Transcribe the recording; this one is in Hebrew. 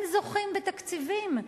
הם זוכים בתקציבים,